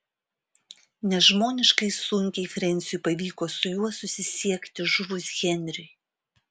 nežmoniškai sunkiai frensiui pavyko su juo susisiekti žuvus henriui